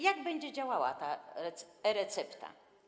Jak będzie działała ta e-recepta?